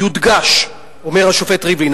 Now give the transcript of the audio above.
"יודגש" אומר השופט ריבלין,